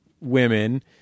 women